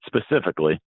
specifically